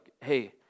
hey